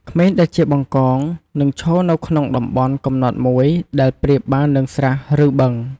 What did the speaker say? ក្មេងដែលជា បង្កង នឹងឈរនៅក្នុងតំបន់កំណត់មួយដែលប្រៀបបាននឹង ស្រះ ឬ បឹង។